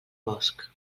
bosc